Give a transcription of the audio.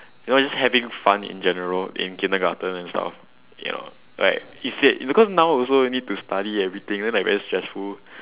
you know just having fun in general in kindergarten and stuff you know like is that because now also need to study everything then like very stressful